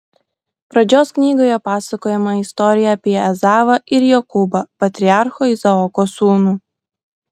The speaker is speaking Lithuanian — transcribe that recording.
pradžios knygoje pasakojama istorija apie ezavą ir jokūbą patriarcho izaoko sūnų